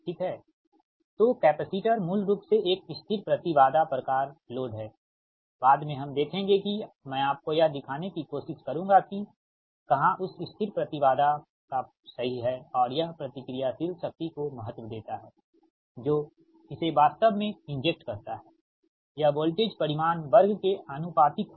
ठीक है तोकैपेसिटर मूल रूप से एक स्थिर प्रति बाधा प्रकार लोड है बाद में हम देखेंगे कि मैं आपको यह दिखाने की कोशिश करूँगा कि कहाँ उस स्थिर प्रति बाधा प्रकार सही है और यह प्रतिक्रियाशील शक्ति को महत्व देता है जो इसे वास्तव में इंजेक्ट करता है यह वोल्टेज परिमाण वर्ग के आनुपातिक है